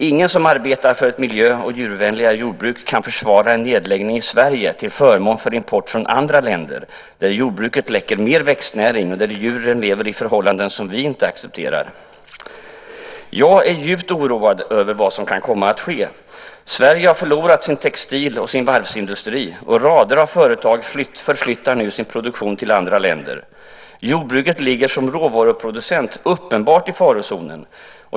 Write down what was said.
Ingen som arbetar för ett miljö och djurvänligare jordbruk kan försvara en nedläggning i Sverige till förmån för import från andra länder där jordbruket läcker mer växtnäring och där djuren lever i förhållanden som vi inte accepterar. Jag är djupt oroad över vad som kan komma att ske. Sverige har förlorat sin textilindustri och sin varvsindustri, och rader av företag flyttar nu sin produktion till andra länder. Jordbruket ligger som råvaruproducent uppenbart i farozonen.